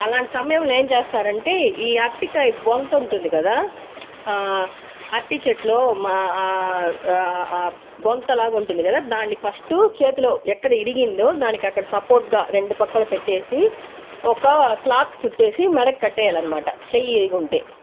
అలాంటి సమయంలో ఏం చేస్తారంటే ఈ అర్టికాయ్ బొంతుంటుంది కదా అట్టి చెట్లో మా బొంతలాగ ఉంటుంది కదా దాన్ని ఫస్టు చేతిలో ఎక్కడ ఇరిగిందో దానికక్కడ సపోర్ట్ గా రెండు పక్కల పెట్టేసి ఒక క్లాత్ చుట్టేసి మెడక్కట్టేయాలన్మాట చెయ్యి ఇరుగుంటే